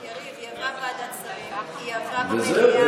יריב, היא עברה ועדת שרים, היא עברה במליאה.